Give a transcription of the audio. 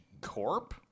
Corp